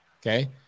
Okay